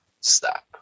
stop